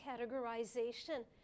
categorization